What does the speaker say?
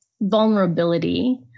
vulnerability